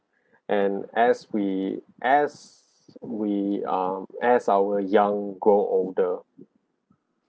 and as we as we um as our young grow older